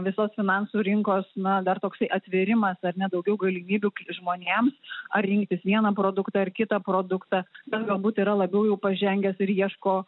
visos finansų rinkos na dar toksai atvėrimas ar ne tokių galimybių žmonėms ar į vieną produktą ar kitą produktą bet galbūt yra labiau jau pažengęs ir ieško